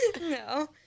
no